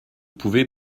pouvez